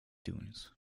tunes